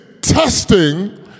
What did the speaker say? testing